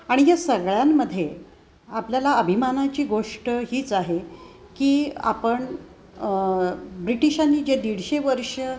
आणि या सगळ्यांमध्ये आपल्याला अभिमानाची गोष्ट हीच आहे की आपण ब्रिटिशांनी जे दीडशे वर्ष